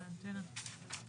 כי